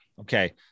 okay